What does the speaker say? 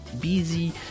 busy